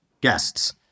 guests